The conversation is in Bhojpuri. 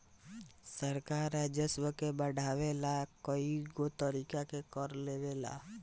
सरकार राजस्व के बढ़ावे ला कएगो तरीका के कर लेवेला